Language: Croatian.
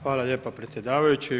Hvala lijepa predsjedavajući.